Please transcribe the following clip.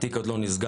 התיק עוד לא נסגר.